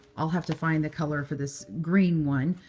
i'll have to find the color for this green one,